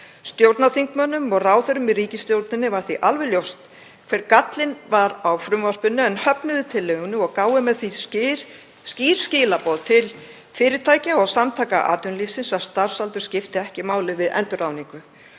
Stjórnarþingmönnum og ráðherrum í ríkisstjórninni var því alveg ljóst hver gallinn var á frumvarpinu en höfnuðu tillögunni og gáfu með því skýr skilaboð til fyrirtækja og Samtaka atvinnulífsins um að starfsaldur skipti ekki máli við endurráðningu.